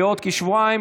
בעוד כשבועיים